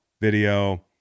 video